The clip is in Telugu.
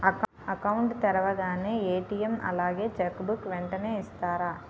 అకౌంట్ తెరవగానే ఏ.టీ.ఎం అలాగే చెక్ బుక్ వెంటనే ఇస్తారా?